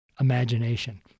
imagination